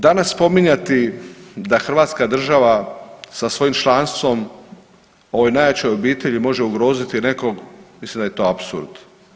Danas spominjati da hrvatska država sa svojim članstvom u ovoj najjačoj obitelji može ugroziti nekog, mislim da je to apsurd.